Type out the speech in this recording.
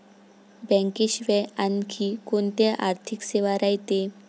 बँकेशिवाय आनखी कोंत्या आर्थिक सेवा रायते?